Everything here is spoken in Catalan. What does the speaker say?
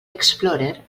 explorer